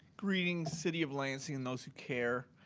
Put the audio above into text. greetings city of lansing, and those who care.